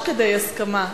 בהסכמה,